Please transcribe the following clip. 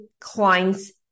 clients